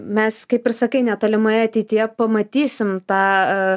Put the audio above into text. mes kaip ir sakai netolimoje ateityje pamatysim tą